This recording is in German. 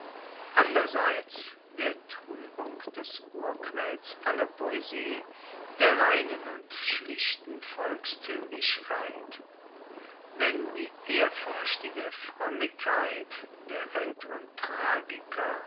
anderseits der truebung des urquells aller poesie der reinen und schlichten volkstuemlichkeit wenn die ehrfuerchtige froemmigkeit der aelteren tragiker